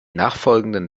nachfolgenden